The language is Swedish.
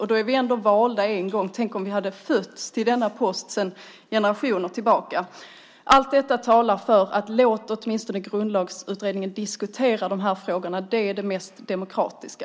Och då är vi ändå valda en gång. Tänk om vi hade fötts till denna post sedan generationer tillbaka! Allt detta talar för samma sak: Låt åtminstone Grundlagsutredningen diskutera de här frågorna! Det är det mest demokratiska.